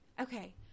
Okay